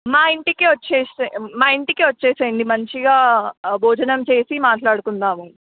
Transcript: మా ఇంటికి వస్తే మా ఇంటికి వచ్చేయండి మంచిగా భోజనం చేసి మాట్లాడుకుందాము